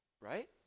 Right